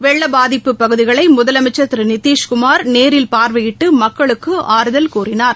வெள்ளப்பாதிப்பு பகுதிகளை முதலமைச்சர் திரு நிதிஷ்குமார் நேரில் பார்வையிட்டு மக்களுக்கு ஆறுதல் கூறினார்